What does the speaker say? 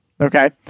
Okay